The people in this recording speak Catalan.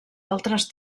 altres